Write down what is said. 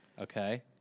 Okay